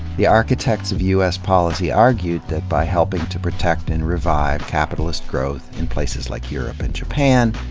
the architects of u s. policy argued that by helping to protect and revive capitalist growth in places like europe and japan,